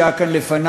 שהיה כאן לפני,